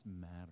matter